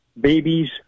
babies